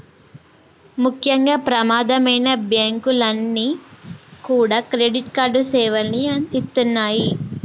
ముఖ్యంగా ప్రమాదమైనా బ్యేంకులన్నీ కూడా క్రెడిట్ కార్డు సేవల్ని అందిత్తన్నాయి